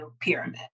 pyramid